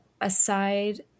aside